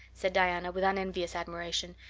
said diana, with unenvious admiration.